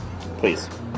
Please